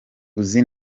uzi